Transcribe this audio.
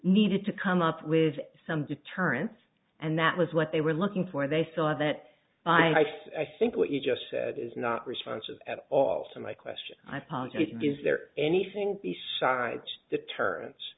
needed to come up with some deterrence and that was what they were looking for they saw that i said i think what you just said is not responsive at all to my question i posited is there anything besides deterrence